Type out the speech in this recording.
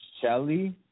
Shelly